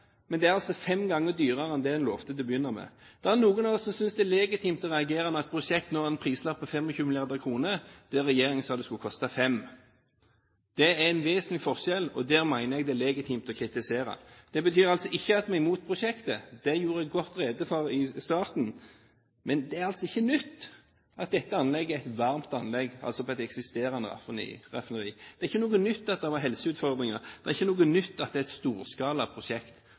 men det er altså fem ganger dyrere enn det en lovte til å begynne med. Det er noen av oss som synes det legitimt å reagere når et prosjekt når en prislapp på 25 mrd. kr, der regjeringen sa det skulle koste 5 mrd. kr. Det er en vesentlig forskjell, og det mener jeg det er legitimt å kritisere. Det betyr ikke at vi er imot prosjektet. Det gjorde jeg godt rede for i starten. Det er ikke nytt at dette anlegget er et varmt anlegg, altså på et eksisterende raffineri. Det er ikke noe nytt at det er helseutfordringer. Det er ikke noe nytt at det er et storskalaprosjekt